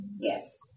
Yes